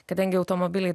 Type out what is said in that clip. kadangi automobiliai